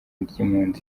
ry’impunzi